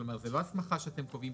זאת לא הסמכה שאתם קובעים.